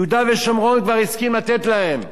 יהודה ושומרון, הוא כבר הסכים לתת להם.